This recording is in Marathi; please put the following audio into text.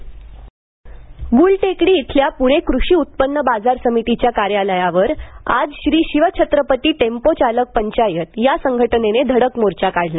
टेम्पो संघटना गुलटेकडी शिल्या पूणे कृषी उत्पन्न बाजार समितीच्या कार्यालयावर आज श्री शिवछत्रपती टेम्पो चालक पंचायत या संघटनेने धडक मोर्चा काढला